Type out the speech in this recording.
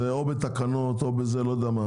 זה או בתקנות או בלא יודע איך,